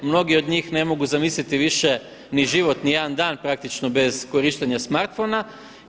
Mnogi od njih ne mogu zamisliti više ni život ni jedan dan praktično bez korištenja smartphone-a.